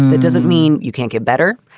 it doesn't mean you can't get better.